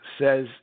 says